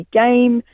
game